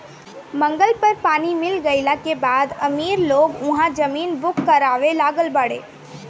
मंगल पर पानी मिल गईला के बाद अमीर लोग उहा जमीन बुक करावे लागल बाड़े